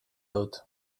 dut